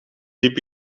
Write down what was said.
liep